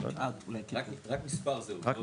אולי רק מספר זהות.